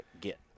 get